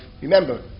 remember